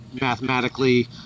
mathematically